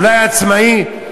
אולי עצמאי.